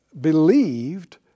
believed